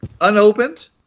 unopened